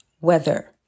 weather